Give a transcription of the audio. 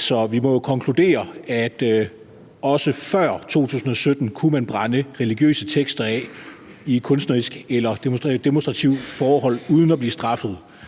så vi må jo konkludere, at også før 2017 kunne man brænde religiøse tekster af i kunstneriske eller demonstrative forhold uden at blive straffet